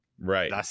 right